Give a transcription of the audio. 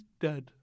dead